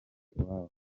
iwabo